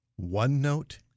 OneNote